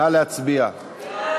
נא להצביע.